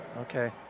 Okay